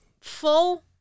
full